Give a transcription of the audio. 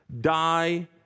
die